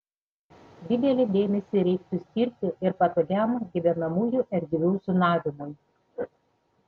didelį dėmesį reiktų skirti ir patogiam gyvenamųjų erdvių zonavimui